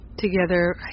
together